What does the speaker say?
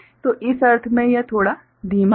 तो इस अर्थ में यह थोड़ा धीमा है